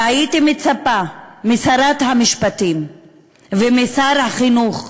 והייתי מצפה משרת המשפטים ומשר החינוך,